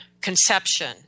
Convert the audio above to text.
conception